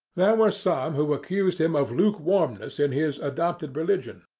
there were some who accused him of lukewarmness in his adopted religion,